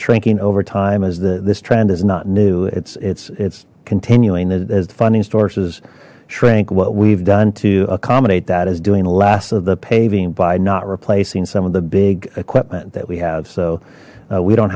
shrinking over time as the this trend is not new it's it's it's continuing that as the funding sources shrink what we've done to accommodate that is doing less of the paving by not replacing some of the big equipment that we have so we don't